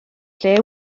lle